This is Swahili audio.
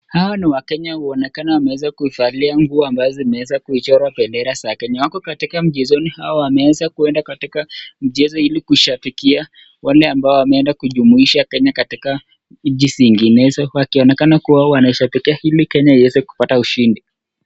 Hawa ni Wakenya huonekana wameweza kuivalia nguo ambazo zimeweza kuichora bendera za Kenya. Wako katika mji mzuri. Hawa wameweza kuenda katika mchezo ili kushafikia wale ambao wameenda kujumuisha Kenya katika miji zinginezo wakionekana kuwa wanashafikia hili Kenya iweze kupata ushindi.